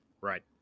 Right